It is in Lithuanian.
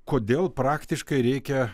kodėl praktiškai reikia